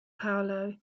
paolo